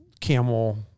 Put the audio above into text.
camel